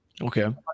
Okay